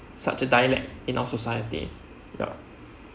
such a dialect in our society ya